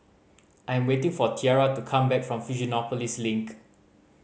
I am waiting for Tiara to come back from Fusionopolis Link